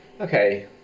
Okay